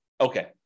Okay